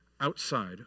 outside